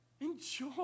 Enjoy